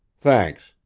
thanks.